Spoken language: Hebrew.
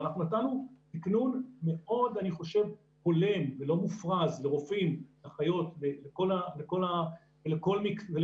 אנחנו לא יכולים בגלל כל הסוגיות שהועלו פה,